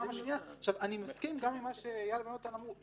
אני מסכים גם עם מה שאייל ויונתן אמרו,